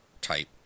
type